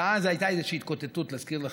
ואז הייתה איזושהי התקוטטות, להזכיר לך,